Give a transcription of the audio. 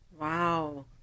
wow